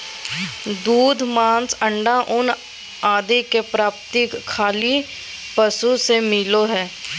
दूध, मांस, अण्डा, ऊन आदि के प्राप्ति खली पशु से मिलो हइ